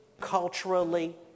culturally